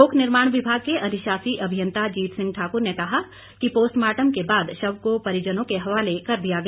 लोक निर्माण विभाग के अधिशासी अभियंता जीत सिंह ठाकुर ने कहा कि पोस्टर्माटम के बाद शव को परिजनों के हवाले कर दिया गया